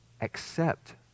accept